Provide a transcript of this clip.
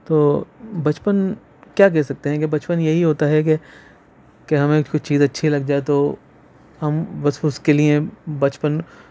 تو بچپن کیا کہہ سکتے ہیں کہ بچپن یہی ہوتا ہے کہ ہمیں کچھ چیز اچھی لگ جائے تو ہم بس اس کے لیے بچپن